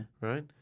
Right